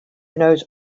knows